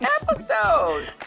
episode